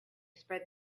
spread